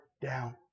down